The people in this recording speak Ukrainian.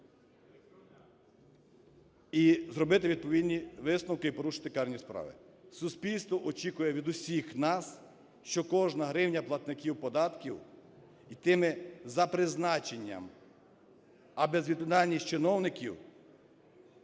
і зробити відповідні висновки і порушити карні справи. Суспільство очікує від усіх нас, що кожна гривня платників податків йтиме за призначенням, а безвідповідальність чиновників,